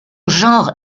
genre